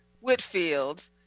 Whitfield